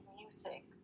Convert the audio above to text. music